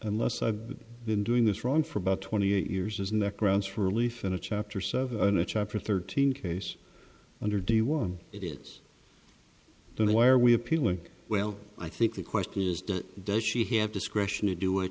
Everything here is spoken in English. unless i've been doing this wrong for about twenty eight years and that grounds for relief in a chapter seven a chapter thirteen case under de one it is then why are we appealing well i think the question is do does she have discretion to do wh